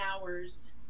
hours